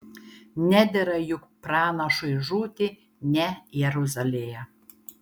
nedera juk pranašui žūti ne jeruzalėje